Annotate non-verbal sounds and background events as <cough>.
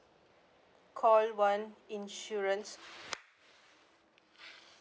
call one insurance <noise>